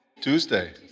Tuesday